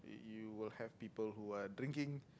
you will have people who are drinking